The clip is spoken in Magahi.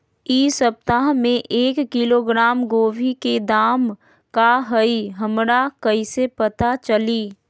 इ सप्ताह में एक किलोग्राम गोभी के दाम का हई हमरा कईसे पता चली?